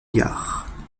gare